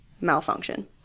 malfunction